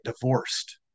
divorced